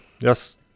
Yes